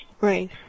Right